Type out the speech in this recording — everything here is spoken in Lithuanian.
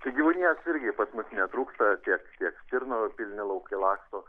tai gyvūnijos irgi pas mus netrūksta tiek tiek stirnų pilni laukai laksto